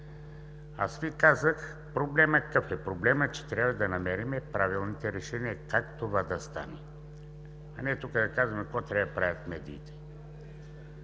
Аз ви казах какъв е проблемът. Проблемът е, че трябва да намерим правилните решения как това да стане, а не тук да казваме какво трябва да правят медиите.